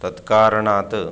तत्कारणात्